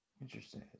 Interesting